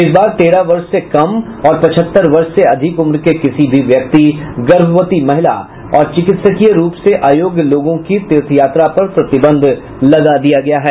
इस बार तेरह वर्ष से कम और पचहत्तर वर्ष से अधिक उम्र के किसी भी व्यक्ति गर्भवती महिला और चिकित्सकीय रूप से अयोग्य लोगों के तीर्थयात्रा पर प्रतिबंध लगा दिया गया है